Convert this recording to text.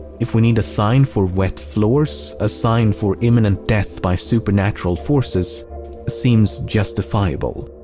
if we need a sign for wet floors, a sign for imminent death by supernatural forces seems justifiable.